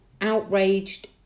outraged